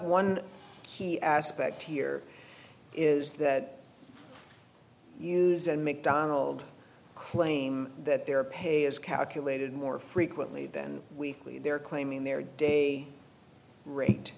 one key aspect here is that hughes and mcdonald claim that their pay is calculated more frequently than weekly they are claiming their day rate